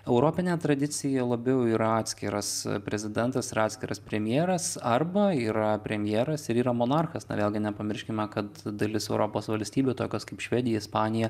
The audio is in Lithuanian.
europinė tradicija labiau yra atskiras prezidentas yra atskiras premjeras arba yra premjeras ir yra monarchas na vėlgi nepamirškime kad dalis europos valstybių tokios kaip švedija ispanija